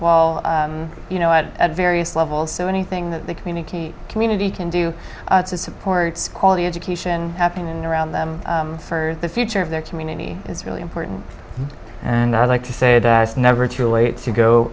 wall you know at various levels so anything that they communicate community can do to supports quality education happening around them for the future of their community it's really important and i like to say that it's never too late to go